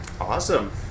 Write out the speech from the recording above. Awesome